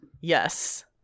Yes